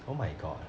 oh my god